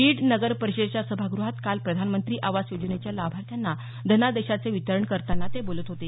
बीड नगरपरिषदेच्या सभागृहात काल प्रधानमंत्री आवास योजनेच्या लाभार्थ्यांना धनादेशाचे वितरण करताना ते बोलत होते